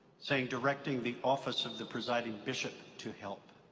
saying, directing the office of the presiding bishop to help.